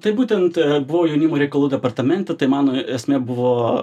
tai būtent buvo jaunimo reikalų departamente tai mano esmė buvo